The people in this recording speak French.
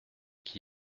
qui